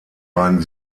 beiden